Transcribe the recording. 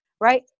right